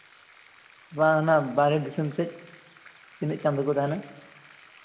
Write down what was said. ᱵᱟᱝ ᱚᱱᱟ ᱵᱟᱨᱦᱮ ᱫᱤᱥᱚᱢ ᱥᱮᱫ ᱛᱤᱱᱟᱹᱜ ᱪᱟᱸᱫᱚ ᱠᱚ ᱛᱟᱦᱮᱱᱟ